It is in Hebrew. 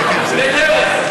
חברת הכנסת עאידה תומא סלימאן.